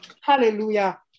Hallelujah